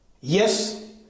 Yes